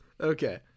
Okay